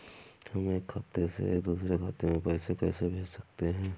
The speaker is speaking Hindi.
हम एक खाते से दूसरे खाते में पैसे कैसे भेज सकते हैं?